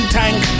tank